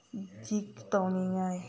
DIG ꯇꯧꯅꯤꯡꯉꯥꯏ